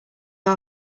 our